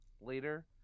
later